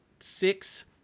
Six